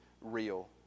real